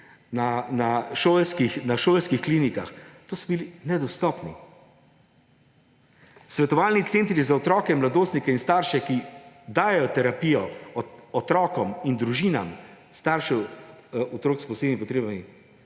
na šolskih klinikah, nedostopni. Svetovalni centri za otroke, mladostnike in starše, ki dajejo terapijo otrokom in družinam staršev otrok s posebnimi potrebami,